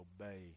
obey